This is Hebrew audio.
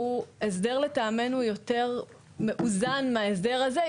הוא הסדר לטעמנו, יותר מאוזן מההסדר הזה.